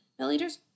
milliliters